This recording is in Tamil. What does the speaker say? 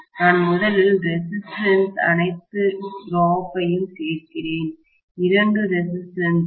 நான் முதலில் ரெசிஸ்டன்ஸ் எதிர்ப்பில் அனைத்து டிராப் யும்வீழ்ச்சியையும் சேர்க்கிறேன் இரண்டு ரெசிஸ்டன்ஸ் எதிர்ப்புகள்